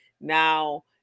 Now